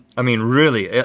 i mean really,